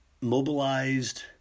mobilized